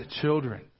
children